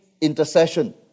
intercession